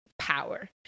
power